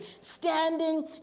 Standing